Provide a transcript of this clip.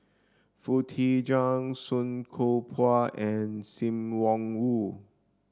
Foo Tee Jun Song Koon Poh and Sim Wong Hoo